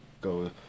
go